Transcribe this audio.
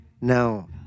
Now